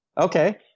Okay